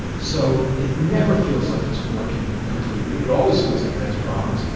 so it never feels like it's working completely, it always feels like it has problems,